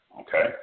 okay